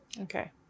Okay